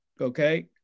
okay